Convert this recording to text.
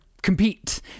compete